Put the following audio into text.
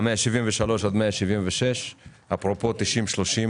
173 עד 176 של משרד השיכון.